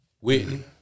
Whitney